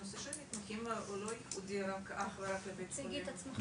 הנושא של המתמחים הוא לא ייחודי אך ורק לבית חולים שיבא.